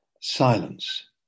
silence